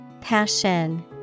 passion